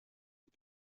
und